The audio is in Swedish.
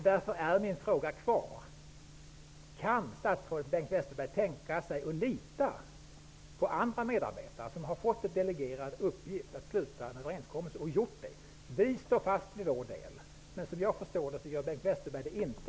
Därför kvarstår min fråga: Kan statsrådet Bengt Westerberg tänka sig att lita på andra medarbetare, som har fått sig uppgiften delegerad att sluta en överenskommelse och som har gjort det? Vi står fast vid vår del, men som jag förstår det gör Bengt Westerberg det inte.